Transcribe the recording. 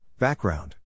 Background